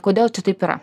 kodėl čia taip yra